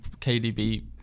KDB